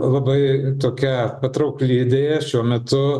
labai tokia patraukli idėja šiuo metu